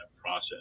process